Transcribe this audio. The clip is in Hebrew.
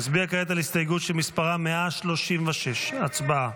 נצביע כעת על הסתייגות שמספרה 136. הצבעה.